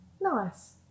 Nice